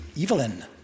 Evelyn